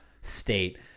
state